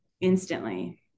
instantly